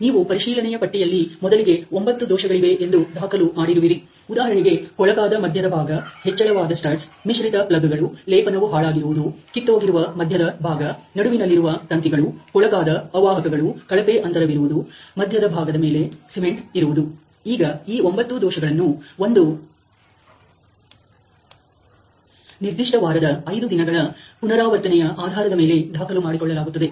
ನೀವು ಪರಿಶೀಲನೆಯ ಪಟ್ಟಿಯಲ್ಲಿ ಮೊದಲಿಗೆ 9 ದೋಷಗಳಿವೆ ಎಂದು ದಾಖಲು ಮಾಡಿರುವಿರಿ ಉದಾಹರಣೆಗೆ ಕೊಳಕಾದ ಮಧ್ಯದ ಭಾಗ ಹೆಚ್ಚಳವಾದ ಸ್ಟಡ್ಸ್ ಮಿಶ್ರಿತ ಪ್ಲಗ್'ಗಳು ಲೇಪನವು ಹಾಳಾಗಿರುವುದು ಕಿತ್ತೋಗಿರುವ ಮಧ್ಯದ ಭಾಗ ನಡುವಿನಲ್ಲಿರದ ತಂತಿಗಳು ಕೊಳಕಾದ ಅವಾಹಕಗಳು ಕಳಪೆ ಅಂತರವಿರುವುದು ಮಧ್ಯದ ಭಾಗದ ಮೇಲೆ ಸಿಮೆಂಟ್ ಇರುವುದು ಈಗ ಈ 9 ದೋಷಗಳನ್ನು ಒಂದು ನಿರ್ದಿಷ್ಟ ವಾರದ ಐದು ದಿನಗಳ ಪುನರಾವರ್ತನೆಯ ಆಧಾರದ ಮೇಲೆ ದಾಖಲು ಮಾಡಿಕೊಳ್ಳಲಾಗುತ್ತದೆ